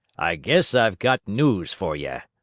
i guess i've got news for ye.